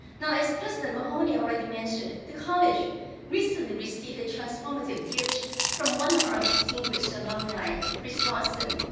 now, as president mahoney already mentioned, the college recently received a transformative gift from one of our distinguished alumni, chris larsen,